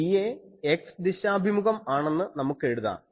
Ea x ദിശാഭിമുഖം ആണെന്ന് നമുക്ക് എഴുതാം